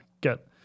get